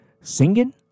singing